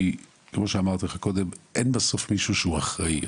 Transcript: כי אין בסוף מישהו שהוא אחראי,